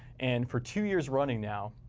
and for two years running now,